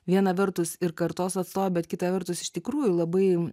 viena vertus ir kartos atstovė bet kita vertus iš tikrųjų labai